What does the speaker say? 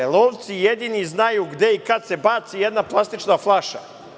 Lovci jedini znaju gde i kada se baci jedna plastična flaša.